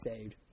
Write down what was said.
saved